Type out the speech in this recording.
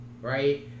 Right